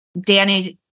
Danny